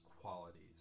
qualities